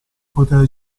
poteva